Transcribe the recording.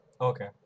Okay